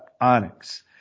Onyx